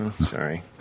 sorry